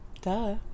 duh